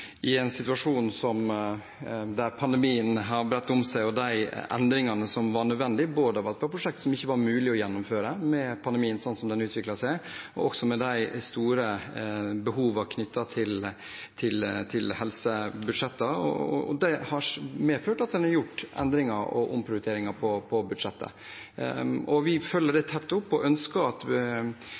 En situasjon der pandemien har bredt om seg – med de endringene som var nødvendige, både med prosjekter det ikke var mulig å gjennomføre med pandemien sånn den utviklet seg, og også med de store behovene knyttet til helsebudsjettene – har medført at en har gjort endringer og omprioriteringer på budsjettet. Vi følger det tett opp og ønsker at